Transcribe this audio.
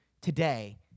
today